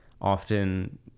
often